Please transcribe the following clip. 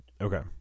okay